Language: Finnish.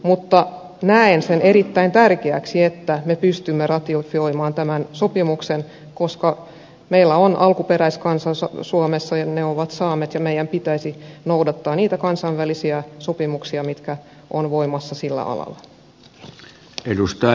mutta näen sen erittäin tärkeäksi että me pystymme ratifioimaan tämän sopimuksen koska meillä on alkuperäiskansa suomessa he ovat saamelaiset ja meidän pitäisi noudattaa niitä kansainvälisiä sopimuksia mitkä ovat voimassa sillä alalla